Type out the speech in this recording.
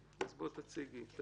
חברת הכנסת סויד, תציגי את